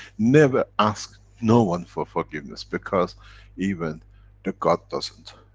never ask no one for forgiveness, because even the god doesn't.